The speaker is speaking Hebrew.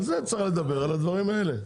על זה צריך לדבר, על הדברים האלה,